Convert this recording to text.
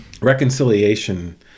Reconciliation